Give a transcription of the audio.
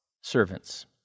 servants